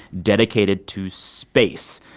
dedicated to space.